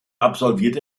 absolvierte